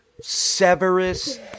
Severus